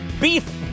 beef